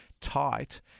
tight